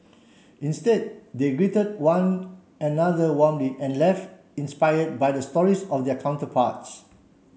instead they greeted one another warmly and life inspired by the stories of their counterparts